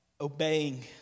obeying